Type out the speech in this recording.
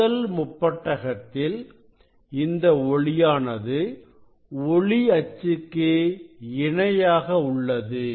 முதல் முப்பட்டகத்தில் இந்த ஒளியானது ஒளி அச்சுக்கு இணையாக உள்ளது